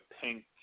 pink